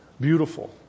beautiful